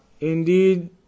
Indeed